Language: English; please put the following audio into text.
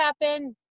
happen